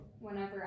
whenever